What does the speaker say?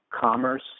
commerce